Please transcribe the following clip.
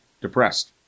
depressed